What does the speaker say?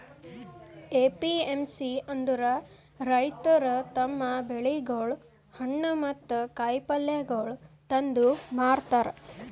APMC ಅಂದುರ್ ರೈತುರ್ ತಮ್ ಬೆಳಿಗೊಳ್, ಹಣ್ಣ ಮತ್ತ ಕಾಯಿ ಪಲ್ಯಗೊಳ್ ತಂದು ಮಾರತಾರ್